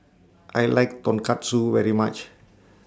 I like Tonkatsu very much